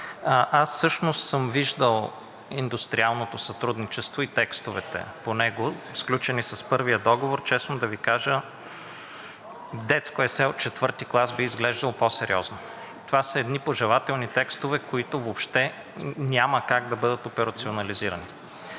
Аз всъщност съм виждал индустриалното сътрудничество и текстовете по него, сключени с първия договор. Честно да Ви, кажа детско есе от 4. клас би изглеждало по-сериозно. Това са едни пожелателни текстове, които въобще няма как да бъдат операционализирани.